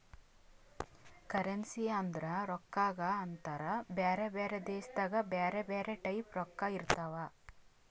currency ಅಂದುರ್ ರೊಕ್ಕಾಗ ಅಂತಾರ್ ಬ್ಯಾರೆ ಬ್ಯಾರೆ ದೇಶದಾಗ್ ಬ್ಯಾರೆ ಬ್ಯಾರೆ ಟೈಪ್ ರೊಕ್ಕಾ ಇರ್ತಾವ್